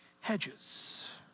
hedges